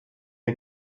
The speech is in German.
der